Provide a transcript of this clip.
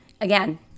again